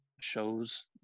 shows